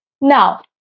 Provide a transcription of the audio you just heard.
Now